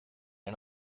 ein